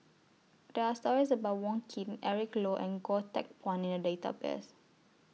There Are stories about Wong Keen Eric Low and Goh Teck Phuan in The Database